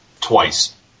twice